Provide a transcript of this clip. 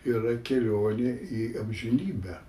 yra kelionė į amžinybę